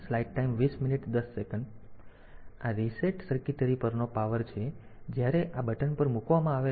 તેથી આ reset circuitry પરનો પાવર છે તેથી જ્યારે આ બટન મૂકવામાં આવે છે